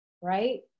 right